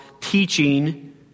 teaching